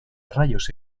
rayos